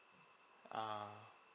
uh